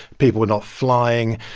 people were not flying.